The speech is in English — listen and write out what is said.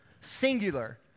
Singular